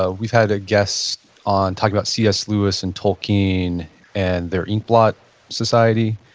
ah we've had a guest on talking about c s. lewis and tolkien and their inkblot society.